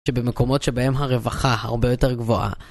שבמקומות שבהם הרווחה הרבה יותר גבוהה.